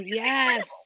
yes